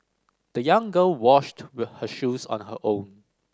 the young girl washed her shoes on her own